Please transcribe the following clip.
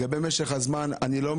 את משך הזמן אני לא מתקן,